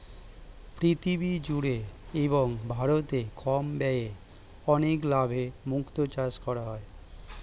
পৃথিবী জুড়ে এবং ভারতে কম ব্যয়ে অনেক লাভে মুক্তো চাষ করা হয়